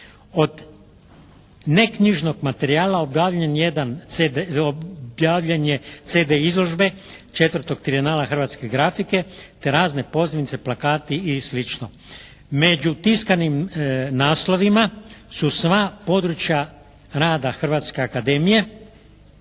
Od neknjižnog materijala objavljen je CD izložbe 4. trijenala hrvatske grafike te razne pozivnice, plakati i sl. Među tiskanim naslovima su sva područja rada Hrvatske akademije.